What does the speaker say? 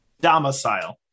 Domicile